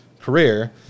career